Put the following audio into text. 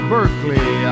Berkeley